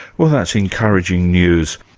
well that's encouraging news.